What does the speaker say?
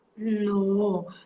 No